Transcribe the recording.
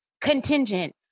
contingent